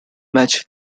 match